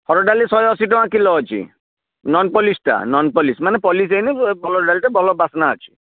ହରଡ଼ ଡାଲି ଶହେ ଅଶୀ ଟଙ୍କା କିଲୋ ଅଛି ନନ୍ ପଲିସ୍ଟା ନନ୍ ପଲିସ୍ ମାନେ ପଲିସ୍ ହେଇନି ଭଲ ଡାଲିଟେ ଭଲ ବାସ୍ନା ଅଛି